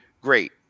great